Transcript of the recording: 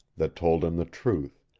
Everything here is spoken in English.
that told him the truth,